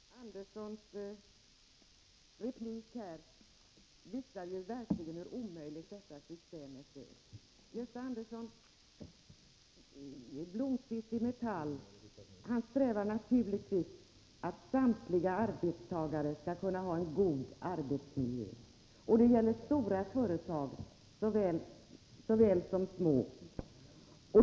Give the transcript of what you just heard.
Fru talman! Gösta Anderssons replik visar ju verkligen hur omöjligt detta system är. Blomberg i Metall strävar naturligtvis efter att samtliga arbetsta gare skall få en god arbetsmiljö, det må gälla stora som små företag.